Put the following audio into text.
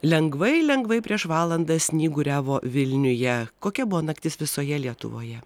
lengvai lengvai prieš valandą snyguriavo vilniuje kokia buvo naktis visoje lietuvoje